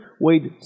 weighed